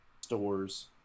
stores